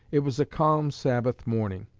it was a calm sabbath morning,